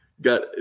got